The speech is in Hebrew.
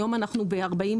היום אנחנו ב-49%.